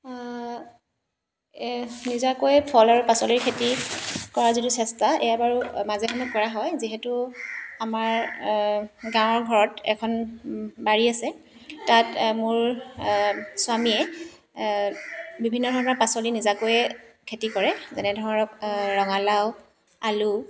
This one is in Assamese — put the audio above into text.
এহ্ নিজাকৈ ফল আৰু পাচলিৰ খেতি কৰা যিটো চেষ্টা এয়া বাৰু মাজে মাজে কৰা হয় যিহেতু আমাৰ গাঁৱৰ ঘৰত এখন বাৰী আছে তাত মোৰ স্বামীয়ে বিভিন্ন ধৰণৰ পাচলি নিজাকৈয়ে খেতি কৰে যেনে ধৰক ৰঙালাও আলু